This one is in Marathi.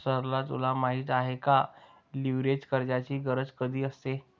सरला तुला माहित आहे का, लीव्हरेज कर्जाची गरज कधी असते?